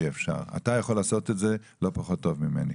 אתה יכול לעשות את זה לא פחות טוב ממני.